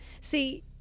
See